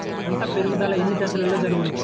పంట పెరుగుదల ఎన్ని దశలలో జరుగును?